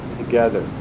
together